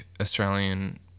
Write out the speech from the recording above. Australian